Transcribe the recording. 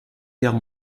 guerre